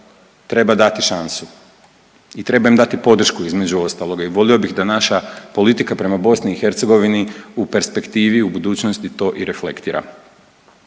treba dati šansu i treba im dati podršku između ostaloga i volio bi da naša politika prema BiH u perspektivi i u budućnosti to i reflektira.